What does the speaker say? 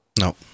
No